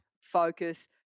focus